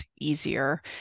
easier